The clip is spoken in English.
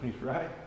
right